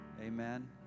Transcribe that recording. Amen